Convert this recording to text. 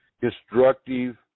destructive